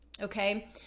Okay